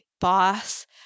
boss